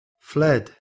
fled